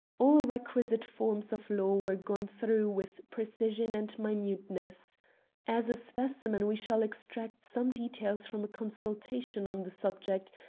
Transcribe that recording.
all requisite forms of law were gone through with precision and minuteness. as a specimen we shall extract some details from a consultation on the subject,